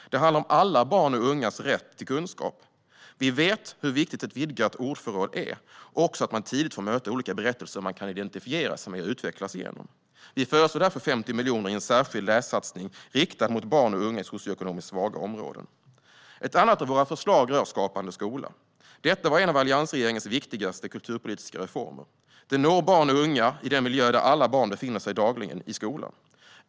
Det handlar om alla barns och ungas rätt till kunskap. Vi vet hur viktigt ett vidgat ordförråd är och också att man tidigt får möta olika berättelser som man kan identifiera sig med och utvecklas genom. Vi föreslår därför 50 miljoner i en särskild lässatsning riktad mot barn och unga i socioekonomiskt svaga områden. Ett annat av våra förslag rör Skapande skola. Det var en av alliansregeringens viktigaste kulturpolitiska reformer. Den når barn och unga i den miljö där alla barn befinner sig dagligen, skolan.